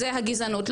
זאת הגזענות.